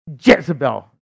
Jezebel